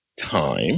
time